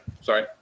Sorry